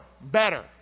Better